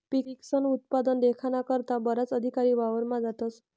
पिकस्नं उत्पादन देखाना करता बराच अधिकारी वावरमा जातस